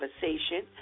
conversation